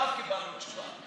עכשיו קיבלנו תשובה.